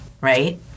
right